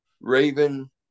Raven